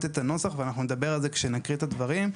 את הנוסח ואנחנו נדבר על זה כשנקריא את הדברים.